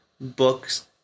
books